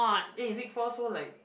eh week four so like